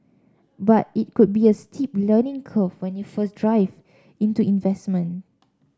but it could be a steep learning curve when you first dive into investment